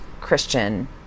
Christian